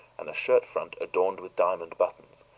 and a shirtfront adorned with diamond buttons,